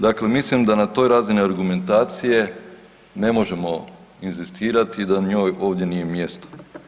Dakle, mislim da na toj razini argumentacije ne možemo inzistirati i da njoj ovdje nije mjesto.